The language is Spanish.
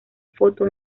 foto